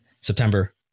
September